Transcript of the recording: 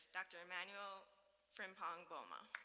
dr. emmanuel frimpong boamah.